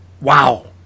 wow